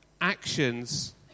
Actions